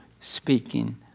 speaking